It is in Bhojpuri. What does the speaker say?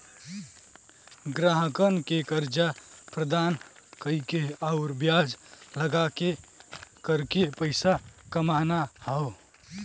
ग्राहकन के कर्जा प्रदान कइके आउर ब्याज लगाके करके पइसा कमाना हौ